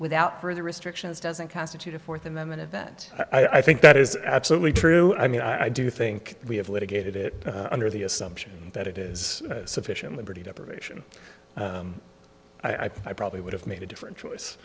without further restrictions doesn't constitute a fourth amendment and that i think that is absolutely true i mean i do think we have litigated it under the assumption that it is sufficient liberty deprivation i probably would have made a different choice